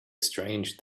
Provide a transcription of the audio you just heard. strange